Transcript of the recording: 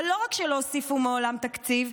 אבל לא רק שלא הוסיפו מעולם תקציב,